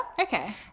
okay